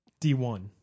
D1